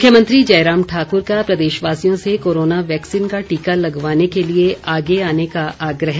मुख्यमंत्री जयराम ठाकुर का प्रदेशवासियों से कोरोना वैक्सीन का टीका लगवाने के लिए आगे आने का आग्रह